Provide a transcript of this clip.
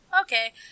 okay